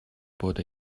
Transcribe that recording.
bod